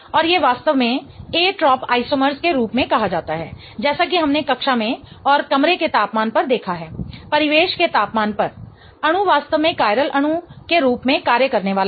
और ये वास्तव में एट्रोपिसॉमर्स के रूप में कहा जाता है जैसा कि हमने कक्षा में और कमरे के तापमान पर देखा है परिवेश के तापमान पर अणु वास्तव में कायरल अणु के रूप में कार्य करने वाला है